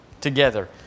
together